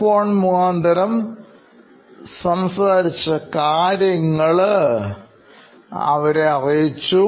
phone മുഖാന്തരം സംസാരിച്ച കാര്യങ്ങൾ അവരെ അറിയിച്ചു